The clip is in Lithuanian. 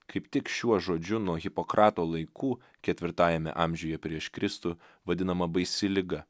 kaip tik šiuo žodžiu nuo hipokrato laikų ketvirtajame amžiuje prieš kristų vadinama baisi liga